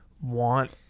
want